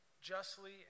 justly